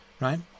Right